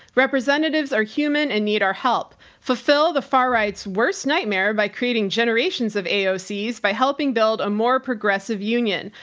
representatives are human and need our help fulfill the far right's worst nightmare by creating generations of aoc by helping build a more progressive union.